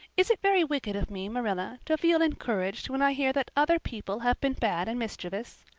is it very wicked of me, marilla, to feel encouraged when i hear that other people have been bad and mischievous?